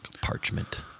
parchment